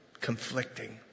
Conflicting